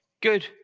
Good